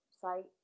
site